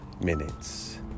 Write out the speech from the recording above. minutes